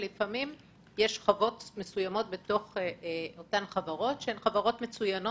לפעמים יש שכבות מסוימות בתוך אותן חברות מצוינות,